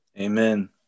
Amen